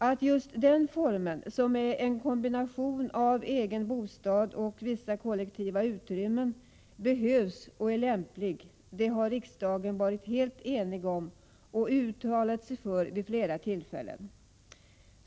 Att just denna form, som är en kombination av egen bostad och vissa kollektiva utrymmen, behövs och är lämplig har riksdagen varit helt enig om och uttalat sig för vid flera tillfällen.